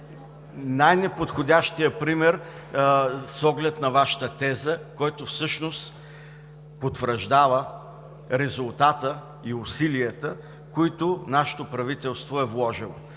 най-неподходящия пример с оглед на Вашата теза, който всъщност потвърждава резултата и усилията, които нашето правителство е вложило.